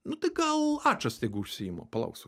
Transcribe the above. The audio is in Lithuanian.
nu tai gal ačas tegu užsiima palauk